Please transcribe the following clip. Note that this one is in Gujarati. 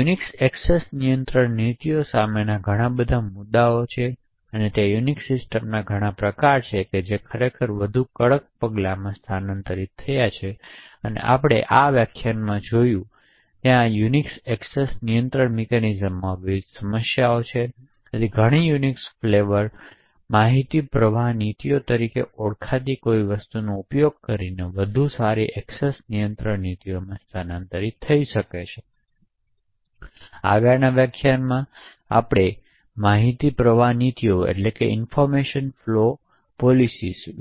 યુનિક્સ એક્સેસ નિયંત્રણ નીતિઓ સાથેના ઘણા બધા મુદ્દાઓ છે અને ત્યાં યુનિક્સ સિસ્ટમ્સના ઘણા પ્રકારો છે જે ખરેખર વધુ કડક પગલામાં સ્થાનાંતરિત થયા છે તેથી આપણે આ વ્યાખ્યાનમાં જોયું ત્યાં યુનિક્સ એક્સેસ નિયંત્રણ મિકેનિઝમ્સમાં વિવિધ સમસ્યાઓ છે અને તેથી ઘણા યુનિક્સ ફ્લેવર માહિતી પ્રવાહ નીતિઓ તરીકે ઓળખાતી કોઈ વસ્તુનો ઉપયોગ કરીને વધુ સારી એક્સેસ નિયંત્રણ નીતિઓમાં સ્થાનાંતરિત થઈ છે તેથી આગળના વ્યાખ્યાનમાં આપણે માહિતી પ્રવાહ નીતિઓ